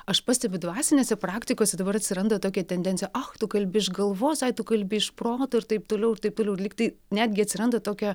aš pastebiu dvasinėse praktikose dabar atsiranda tokia tendencija ach tu kalbi iš galvos ai tu kalbi iš proto ir taip toliau taip toliau lygtai netgi atsiranda tokia